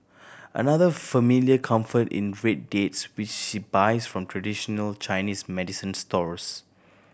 another familiar comfort in red dates which she buys from traditional Chinese medicine stores